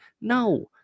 No